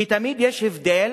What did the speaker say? כי תמיד יש הבדל